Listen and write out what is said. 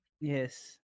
Yes